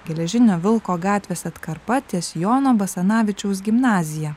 geležinio vilko gatvės atkarpa ties jono basanavičiaus gimnazija